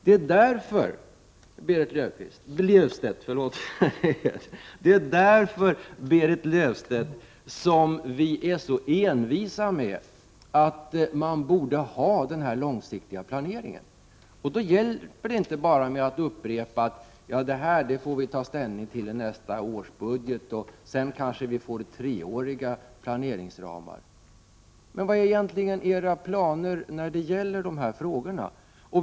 Det är därför, Berit Löfstedt, som vi är så envisa med att man borde ha den här långsiktiga planeringen. Då hjälper det inte att bara upprepa att vi får ta ställning till det i nästa års budget och att vi sedan kanske får treåriga planeringsramar. Vilka är era planer när det gäller de här frågorna?